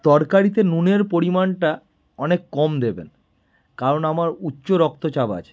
তরকারিতে নুনের পরিমাণটা অনেক কম দেবেন কারণ আমার উচ্চ রক্তচাপ আছে